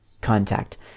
contact